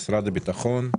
משרד הביטחון.